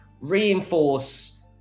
reinforce